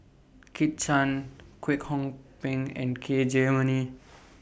Kit Chan Kwek Hong Png and K Jayamani